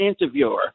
interviewer